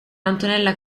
antonella